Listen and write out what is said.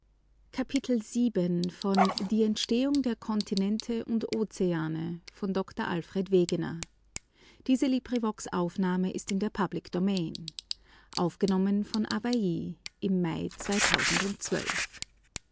die entstehung der kontinente und ozeane author alfred wegener release date